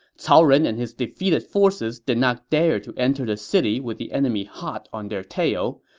cao ren and his defeated forces did not dare to enter the city with the enemy hot on their tail,